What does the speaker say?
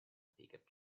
pickup